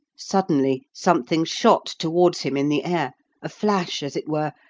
suddenly something shot towards him in the air a flash, as it were,